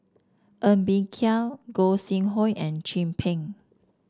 Ng Bee Kia Gog Sing Hooi and Chin Peng